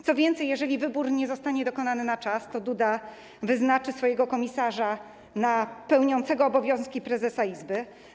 Co więcej, jeżeli wybór nie zostanie dokonany na czas, to Duda wyznaczy swojego komisarza na pełniącego obowiązki prezesa izby.